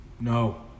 No